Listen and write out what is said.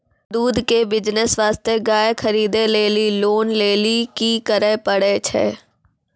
दूध के बिज़नेस वास्ते गाय खरीदे लेली लोन लेली की करे पड़ै छै?